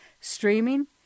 streaming